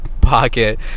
pocket